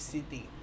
City